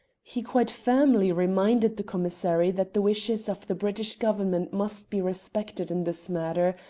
he quite firmly reminded the commissary that the wishes of the british government must be respected in this matter,